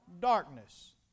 Darkness